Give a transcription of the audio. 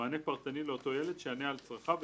מענה פרטני לאותו ילד שיענה על צרכיו,